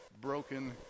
broken